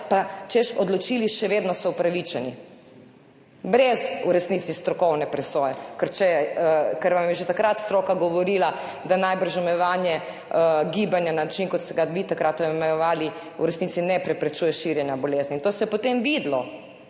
pa češ odločili, še vedno so upravičeni. V resnici brez strokovne presoje, ker vam je že takrat stroka govorila, da najbrž omejevanje gibanja na način, kot ste ga vi takrat omejevali, v resnici ne preprečuje širjenja bolezni. In to se je potem videlo!